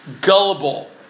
Gullible